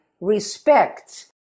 respect